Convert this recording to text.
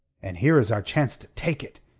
and here is our chance to take it.